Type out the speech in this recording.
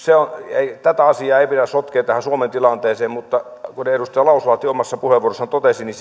tätä asiaa ei pidä sotkea tähän suomen tilanteeseen mutta kuten edustaja lauslahti omassa puheenvuorossaan totesi niin